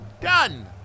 Done